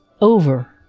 over